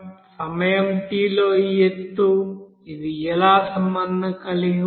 సమయం t లో ఈ ఎత్తు ఇది ఎలా సంబంధం కలిగి ఉంటుంది